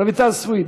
רויטל סויד,